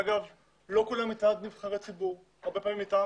אגב, לא כולם נבחרי ציבור, הרבה פעמים מטעם